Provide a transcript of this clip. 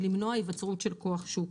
היא למנוע היווצרות של כוח שוק,